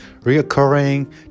reoccurring